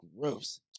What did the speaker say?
Gross